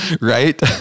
Right